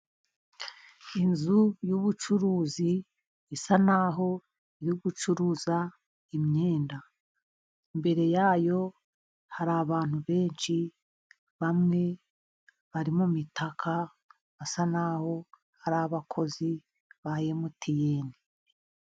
Inzu y'ubucuruzi isa n'aho iri gucuruza imyenda. Imbere yayo hari abantu benshi, bamwe bari mu mitaka basa n'aho hari abakozi ba MTN.